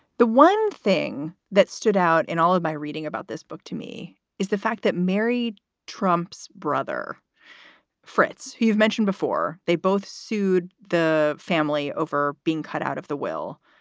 the one thing that stood out in all of my reading about this book to me is the fact that married trump's brother fritz, who you've mentioned before, they both sued the family over being cut out of the well.